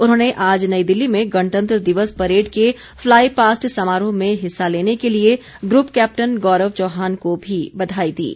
उन्होंने आज नई दिल्ली में गणतंत्र दिवस परेड के फ्लाई पास्ट समारोह में हिस्सा लेने के लिए ग्रूप कैप्टन गौरव चौहान को भी बधाई दी है